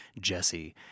Jesse